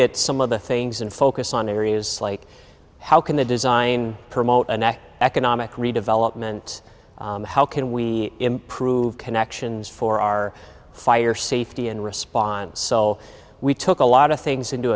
at some of the things and focus on areas like how can the design promote and economic redevelopment how can we improve connections for our fire safety and response so we took a lot of things into